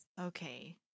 Okay